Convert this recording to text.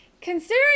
Considering